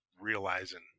realizing